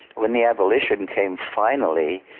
when the abolition came finally,